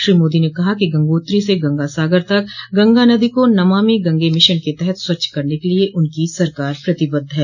श्री मोदी ने कहा कि गंगोत्री से गंगा सागर तक गंगा नदी को नमामि गंगे मिशन के तहत स्वच्छ करने के लिये उनकी सरकार प्रतिबद्ध है